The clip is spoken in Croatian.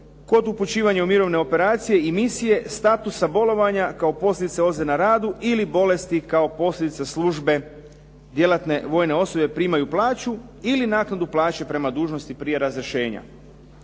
kod upućivanja u mirovne operacije i misije, statusa bolovanja kao posljedica ozljede na radu ili bolesti kao posljedica službe djelatne vojne osobe primaju plaću ili naknadu plaće prema dužnosti prije razrješenja.